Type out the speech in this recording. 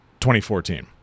2014